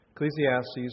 Ecclesiastes